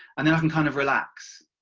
and then i can kind of relax.